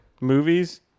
movies